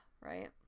Right